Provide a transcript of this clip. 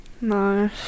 No